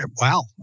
wow